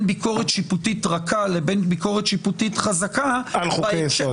ביקורת שיפוטית רכה לבין ביקורת שיפוטית חזקה --- על חוקי יסוד.